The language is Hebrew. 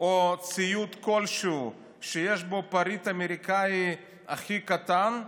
או ציוד כלשהו שיש בו פריט אמריקאי הכי קטן,